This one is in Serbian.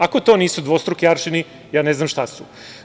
Ako to nisu dvostruki aršini ja ne znam šta su.